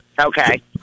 Okay